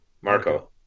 Marco